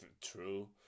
true